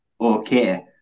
okay